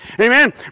Amen